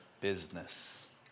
business